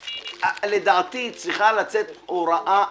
לדעתי צריכה לצאת הוראה ארצית.